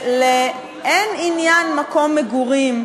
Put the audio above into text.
מעלה-אדומים,